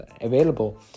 available